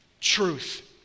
truth